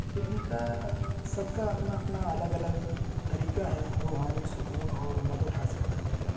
تو ان کا سب کا اپنا اپنا الگ الگ طریقہ ہے روحانی سکون اور مدد حاصل کرنے کا